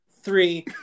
three